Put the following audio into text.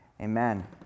Amen